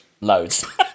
Loads